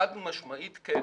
חד משמעית כן.